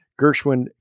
Gershwin